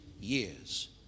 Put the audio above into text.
years